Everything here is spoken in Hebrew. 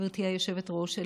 גברתי היושבת-ראש,